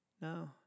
no